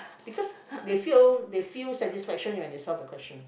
because they fail they feel satisfaction when they solve the question